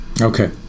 Okay